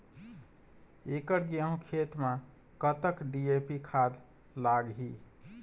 एकड़ गेहूं खेत म कतक डी.ए.पी खाद लाग ही?